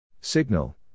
Signal